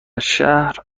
شهر